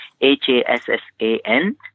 H-A-S-S-A-N